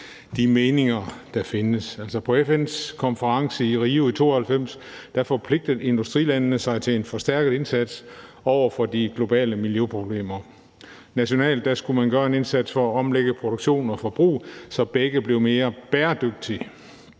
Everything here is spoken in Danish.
de meninger, der findes. På FN's konference i Rio i 1992 forpligtede industrilandene sig til en forstærket indsats over for de globale miljøproblemer. Nationalt skulle man gøre en indsats for at omlægge produktion og forbrug, så begge blev mere bæredygtige.